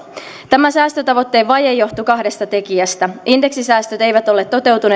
tämä säästötavoitteen vaje johtui kahdesta tekijästä indeksisäästöt eivät ole